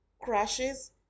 crashes